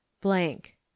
blank